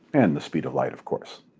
and the speed of light, of course.